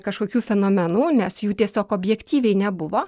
kažkokių fenomenų nes jų tiesiog objektyviai nebuvo